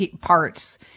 parts